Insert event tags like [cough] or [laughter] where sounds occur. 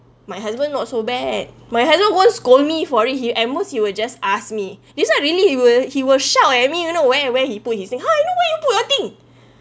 my husband not so bad my husband won't scold me for it he at most he were just ask me this one really he will he will shout at me you know where and where he puts his thing how I know where you put your thing [breath]